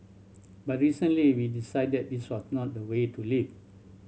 but recently we decided this was not the way to live